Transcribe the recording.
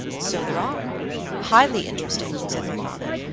so there are highly interesting, said my father.